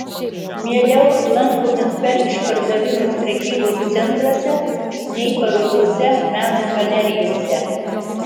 mieliau lankomės per išpardavimus prekybos centruose nei parodose meno galerijose